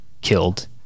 killed